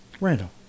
Randall